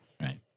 right